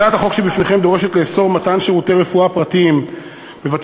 הצעת החוק שבפניכם דורשת לאסור מתן שירותי רפואה פרטיים בבתי-חולים